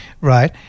right